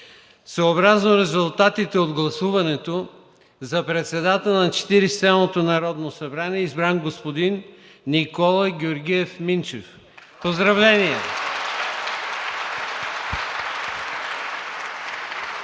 Съобразно резултатите от гласуването за председател на Четиридесет и седмото народно събрание е избран господин Никола Георгиев Минчев. Поздравления!